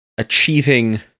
achieving